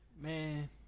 Man